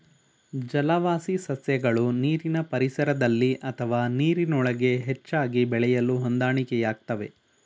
ಜಲವಾಸಿ ಸಸ್ಯಗಳು ನೀರಿನ ಪರಿಸರದಲ್ಲಿ ಅಥವಾ ನೀರಿನೊಳಗೆ ಹೆಚ್ಚಾಗಿ ಬೆಳೆಯಲು ಹೊಂದಾಣಿಕೆಯಾಗ್ತವೆ